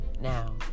now